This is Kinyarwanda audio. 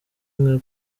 nka